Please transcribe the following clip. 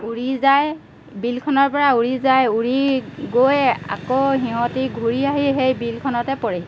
উৰি যায় বিলখনৰ পৰা উৰি যায় উৰি গৈ আকৌ সিহঁতি ঘূৰি আহি সেই বিলখনতে পৰে